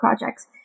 projects